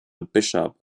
bishop